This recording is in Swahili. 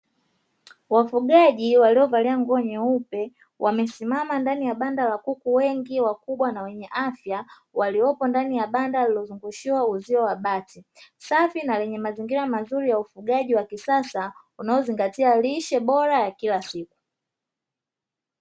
Wafugaji waliovalia nguo nyeupe, wamesimama ndani ya banda la kuku wengi, wakubwa na wenye afya, waliopo ndani ya banda lenye uzio wa bati safi na lenye mazingira mazuri ya ufugaji wa kisasa, unaozingatia lishe bora ya kila siku.